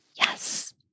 Yes